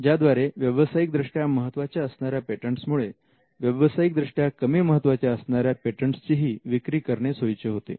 ज्याद्वारे व्यावसायिक दृष्ट्या महत्त्वाच्या असणाऱ्या पेटंटस मुळे व्यवसायिक दृष्ट्या कमी महत्त्वाच्या असणाऱ्या पेटंटस ची ही विक्री करणे सोयीचे जाते